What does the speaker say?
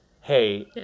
hey